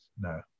no